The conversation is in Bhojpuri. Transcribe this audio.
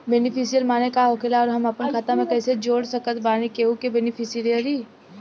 बेनीफिसियरी माने का होखेला और हम आपन खाता मे कैसे जोड़ सकत बानी केहु के बेनीफिसियरी?